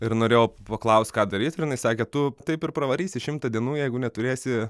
ir norėjau paklaust ką daryt ir jinai sakė tu taip ir pravarysi šimtą dienų jeigu neturėsi